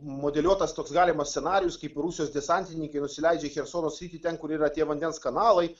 modeliuotas toks galimas scenarijus kaip rusijos desantininkai nusileidžia į chersono sritį ten kur yra tie vandens kanalai